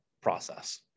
process